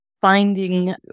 finding